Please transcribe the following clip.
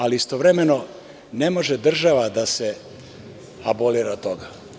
Ali, istovremeno, ne može država da se abolira od toga.